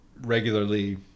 regularly